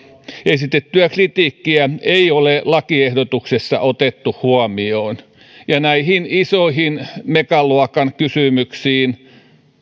esitettyä kritiikkiä ole lakiehdotuksessa otettu huomioon ja näihin isoihin megaluokan kysymyksiin